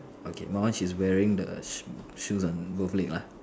okay my one she's wearing the shoes on both leg lah